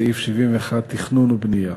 סעיף 71 (תכנון ובנייה).